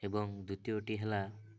ଏବଂ ଦ୍ୱୀତୀୟଟି ହେଲା